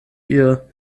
ihr